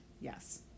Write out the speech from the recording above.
Yes